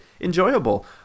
enjoyable